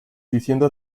diciendo